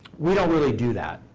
we don't really do that,